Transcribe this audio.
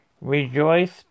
rejoice